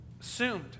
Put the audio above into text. assumed